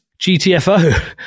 GTFO